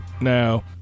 Now